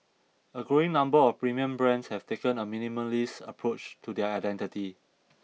a growing number of premium brands have taken a minimalist approach to their identity